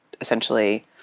essentially—